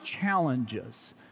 challenges